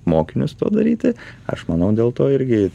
mokinius tą daryti aš manau dėl to irgi